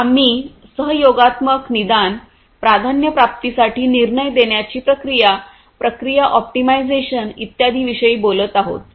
तर आम्ही सहयोगात्मक निदान प्राधान्यप्राप्तीसाठी निर्णय घेण्याची प्रक्रिया प्रक्रिया ऑप्टिमायझेशन इत्यादींविषयी बोलत आहोत